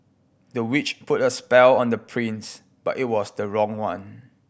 the witch put a spell on the prince but it was the wrong one